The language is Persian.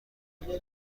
بگیرم